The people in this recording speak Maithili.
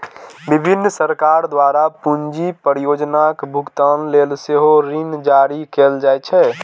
विभिन्न सरकार द्वारा पूंजी परियोजनाक भुगतान लेल सेहो ऋण जारी कैल जाइ छै